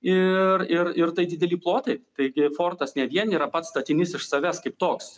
ir ir ir tai dideli plotai taigi fortas ne vien yra pats statinys iš savęs kaip toks